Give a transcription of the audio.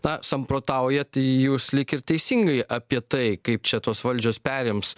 na samprotaujat jūs lyg ir teisingai apie tai kaip čia tos valdžios perims